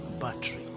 battery